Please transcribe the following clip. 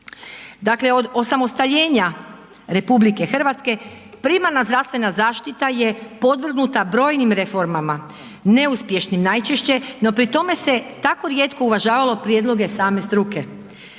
Dakle od osamostaljenja RH primarna zdravstvena zaštita je podvrgnuta brojnim reformama, neuspješnim najčešće no pri tome se tako rijetko uvažavalo prijedloge same struke.